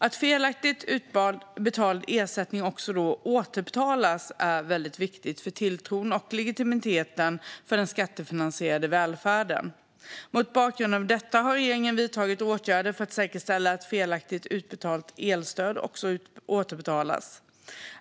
Att felaktigt utbetald ersättning återbetalas är viktigt för tilltron till och legitimiteten för den skattefinansierade välfärden. Mot bakgrund av detta har regeringen vidtagit åtgärder för att säkerställa att felaktigt utbetalt elstöd återbetalas.